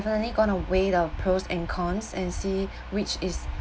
gonna weight out pros and cons and see which is